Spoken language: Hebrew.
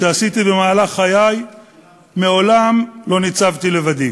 שעשיתי במהלך חיי מעולם לא ניצבתי לבדי.